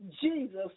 Jesus